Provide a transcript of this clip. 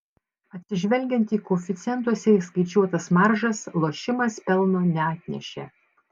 atsižvelgiant į koeficientuose įskaičiuotas maržas lošimas pelno neatnešė